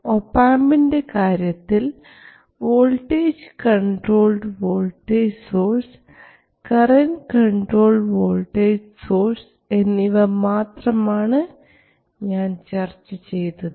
ഒപാംപിൻറെ കാര്യത്തിൽ voltage controlled voltage source current controlled voltage source എന്നിവ മാത്രമാണ് ഞാൻ ചർച്ച ചെയ്തത്